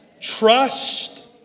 trust